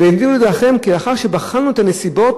והננו להודיעכם כי לאחר שבחנו את הנסיבות